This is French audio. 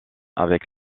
avec